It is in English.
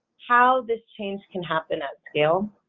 how this change can happen at scale?